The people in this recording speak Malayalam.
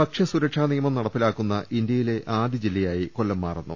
ഭക്ഷ്യസുരക്ഷാ നിയമം നടപ്പിലാക്കുന്ന ഇന്ത്യയിലെ ആദ്യ ജില്ലയായി കൊല്ലം മാറുന്നു